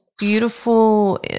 Beautiful